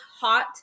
hot